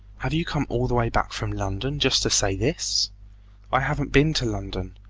have you come all the way back from london just to say this i haven't been to london.